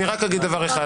אני רק אגיד דבר אחד,